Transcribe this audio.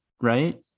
right